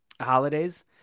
holidays